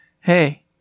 hey